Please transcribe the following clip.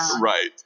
Right